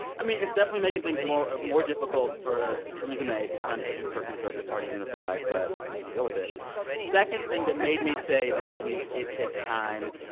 i mean, it's definitely making things more more difficult for theresa may, who's trying to keep her conservative party unified, but deal with it. the second thing that made me say this week, it takes time,